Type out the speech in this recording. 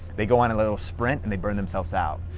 they go on a little sprint, and they burn themselves out.